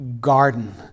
garden